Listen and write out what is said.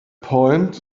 point